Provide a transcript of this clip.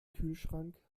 kühlschrank